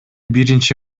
биринчи